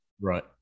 right